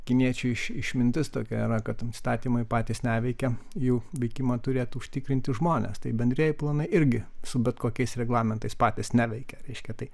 kiniečių iš išmintis tokia yra tokia kad statymai patys neveikia jų veikimą turėtų užtikrinti žmonės tai bendrieji planai irgi su bet kokiais reglamentais patys neveikia reiškia tai